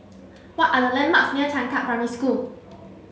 what are the landmarks near Changkat Primary School